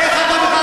אין לכם בכלל